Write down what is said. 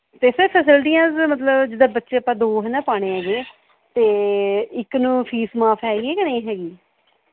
ਅਤੇ ਸਰ ਫਸਿਲਟੀਆਂ ਮਤਲਬ ਜਿਦਾਂ ਬੱਚੇ ਆਪਾਂ ਦੋ ਹੈ ਨਾ ਪਾਉਣੇ ਹੈਗੇ ਅਤੇ ਇੱਕ ਨੂੰ ਫੀਸ ਮਾਫ਼ ਹੈਗੀ ਕਿ ਨਹੀਂ ਹੈਗੀ